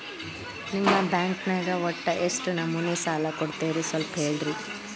ನಿಮ್ಮ ಬ್ಯಾಂಕ್ ನ್ಯಾಗ ಒಟ್ಟ ಎಷ್ಟು ನಮೂನಿ ಸಾಲ ಕೊಡ್ತೇರಿ ಸ್ವಲ್ಪ ಹೇಳ್ರಿ